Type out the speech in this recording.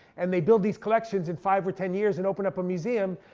and they build these collections in five or ten years and open up a museum.